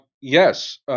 yes